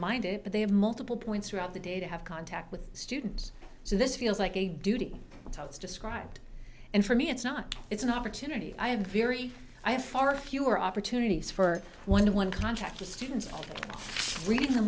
minded but they have multiple points throughout the day to have contact with students so this feels like a duty totes described and for me it's not it's an opportunity i have very i have far fewer opportunities for one one contractor students i'll read them